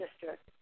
district